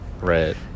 Right